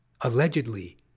allegedly